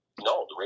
No